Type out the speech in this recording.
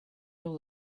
will